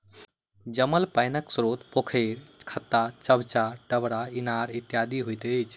जमल पाइनक स्रोत पोखैर, खत्ता, चभच्चा, डबरा, इनार इत्यादि होइत अछि